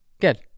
Good